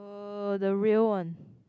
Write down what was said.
uh the real one